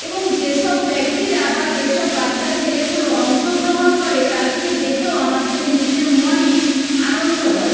এবং যেসব ব্যক্তিরা বা যেসব বাচ্চা ছেলেগুলো অংশগ্রহণ করে তাদেরকে দেখেও আমাদের নিজেদের মনে আনন্দ হয়